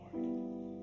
Lord